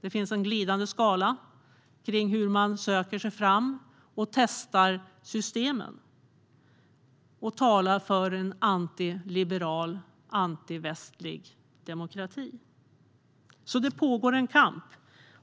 Det finns en glidande skala kring hur man söker sig fram och testar systemen och talar för en antiliberal, antivästlig demokrati. Det pågår alltså en kamp,